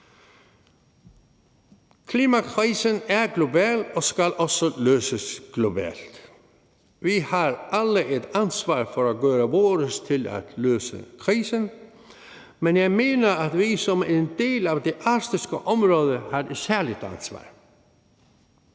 Klimakrisen er global og skal også løses globalt. Vi har alle et ansvar for at gøre vores til at løse krisen, men jeg mener, at vi som en del af det arktiske område har et særligt ansvar.